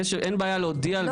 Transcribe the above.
אין בעיה להודיע על מינוי.